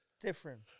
Different